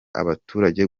abaturage